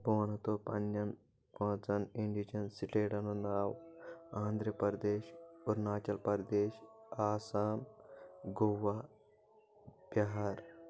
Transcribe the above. بہٕ ونو تۄہہِ پننٮ۪ن پانٛژن انڈیٖچن سٹیٹن ہُنٛد ناو آندرِ پردیش اور ناچل پردیش آسام گواہ بِہار